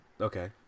Okay